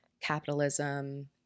capitalism